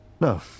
No